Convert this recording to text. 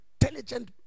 intelligent